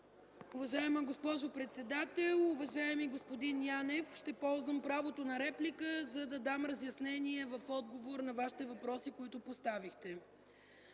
Уважаема госпожо председател, уважаеми господин Янев! Ще ползвам правото на реплика, за да дам разяснение в отговор на Вашите въпроси, които поставихте.